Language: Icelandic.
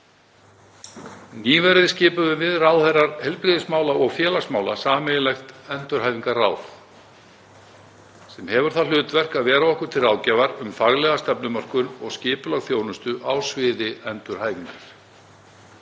Nýverið skipuðum við ráðherrar heilbrigðismála og félagsmála sameiginlegt endurhæfingarráð sem hefur það hlutverk að vera okkur til ráðgjafar um faglega stefnumörkun og skipulag þjónustu á sviði endurhæfingar.